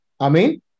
Amen